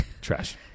trash